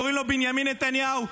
קוראים לו בנימין נתניהו.